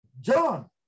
John